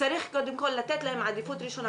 צריך לתת להם קודם עדיפות ראשונה,